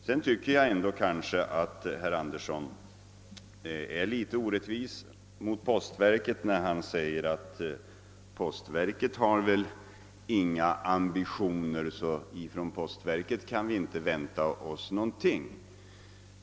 Jag tycker att herr Andersson i Billingsfors är litet orättvis mot postverket när han säger att postverket har väl inga ambitioner, så av postverket kan vi inte vänta oss något.